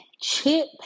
chip